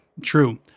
True